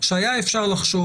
שהיה אפשר לחשוב.